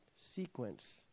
sequence